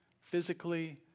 physically